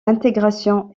intégration